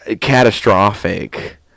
catastrophic